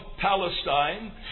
Palestine